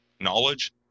Knowledge